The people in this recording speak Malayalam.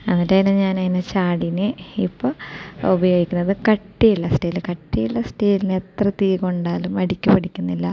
എന്നിട്ടതിനെ ഞാൻ അതിനെ ചാടീന് ഇപ്പം ഉപയോഗിക്കുന്നത് കട്ടിയുള്ള സ്റ്റീൽ കട്ടിയുള്ള സ്റ്റീൽ എത്ര തീ കൊണ്ടാലും അടിക്ക് പിടിക്കുന്നില്ല